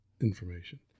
information